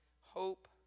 Hope